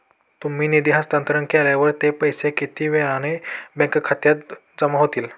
तुम्ही निधी हस्तांतरण केल्यावर ते पैसे किती वेळाने बँक खात्यात जमा होतील?